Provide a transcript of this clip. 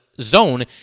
zone